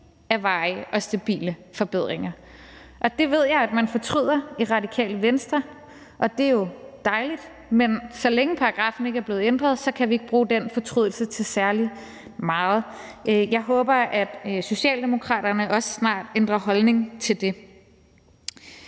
er varige og stabile forbedringer. Det ved jeg at man fortryder i Radikale Venstre, og det er jo dejligt, men så længe paragraffen ikke er blevet ændret, så kan vi ikke bruge den fortrydelse til særlig meget. Jeg håber, at Socialdemokraterne også snart ændrer holdning til det.